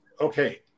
Okay